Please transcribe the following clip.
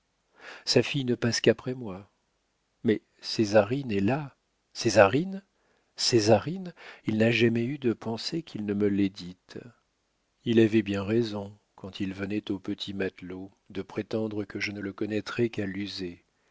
sa fille ne passe qu'après moi mais césarine est là césarine césarine il n'a jamais eu de pensée qu'il ne me l'ait dite il avait bien raison quand il venait au petit matelot de prétendre que je ne le connaîtrais qu'à